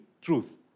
truth